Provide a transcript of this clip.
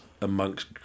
amongst